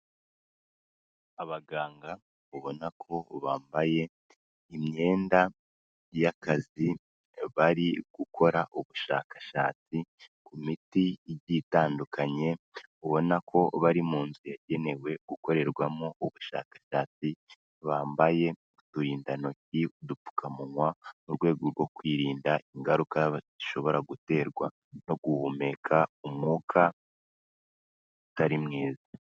Abaganga ubona ko bambaye imyenda y'akazi bari gukora ubushakashatsi ku miti igiye itandukanye, ubona ko bari mu nzu yagenewe gukorerwamo ubushakashatsi, bambaye uturindantoki n'udupfukamunwa mu rwego rwo kwirinda ingaruka bashobora guterwa no guhumeka umwuka utari mwiza.